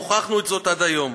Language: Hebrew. הוכחנו זאת עד היום.